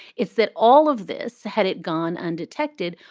is that all of this, had it gone undetected,